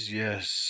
yes